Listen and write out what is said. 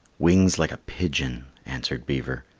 wings like a pigeon, answered beaver.